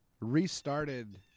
restarted